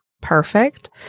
perfect